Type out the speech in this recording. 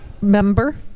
member